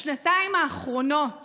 בשנתיים האחרונות